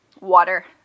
water